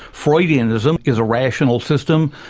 freudianism is a rational system.